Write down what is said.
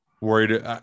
worried. –